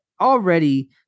Already